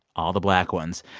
all the black ones.